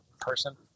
person